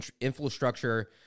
infrastructure